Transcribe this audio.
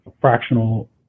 fractional